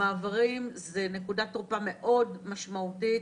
המעברים זו נקודת תורפה מאוד משמעותית,